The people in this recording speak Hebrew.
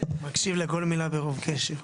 מקשיב לכל מילה ברוב קשב.